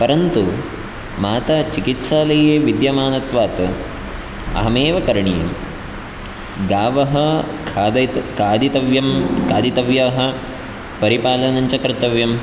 परन्तु माता चिकित्सालये विद्यमानत्वात् अहमेव करणीयं गावः खादय् खादितव्यं खादितव्याः परिपालनं च कर्तव्यं